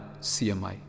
CMI